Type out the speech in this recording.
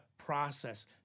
Process